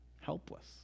Helpless